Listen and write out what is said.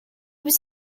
was